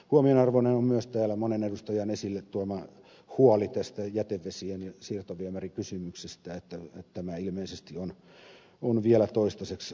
huomionarvoinen on myös täällä monen edustajan esille tuoma huoli tästä jätevesi ja siirtoviemärikysymyksestä että tämä ilmeisesti on vielä toistaiseksi ratkaisematta